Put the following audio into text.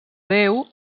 déu